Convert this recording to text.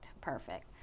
Perfect